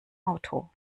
auto